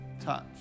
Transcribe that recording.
touch